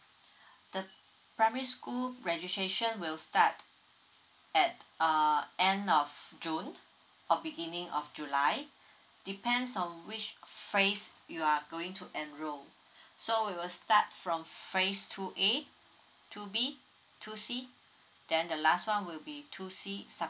the primary school registration will start at uh end of june or beginning of july depends on which phrase you are going to enroll so we will start from phrase two a two b two c then the last one will be two see